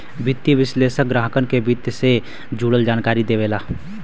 वित्तीय विश्लेषक ग्राहकन के वित्त से जुड़ल जानकारी देवेला